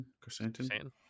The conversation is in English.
Chrysanthemum